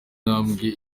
ntambwe